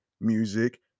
music